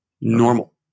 Normal